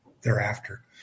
thereafter